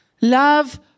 Love